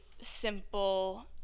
simple